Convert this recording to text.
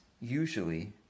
usually